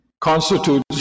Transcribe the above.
constitutes